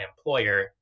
employer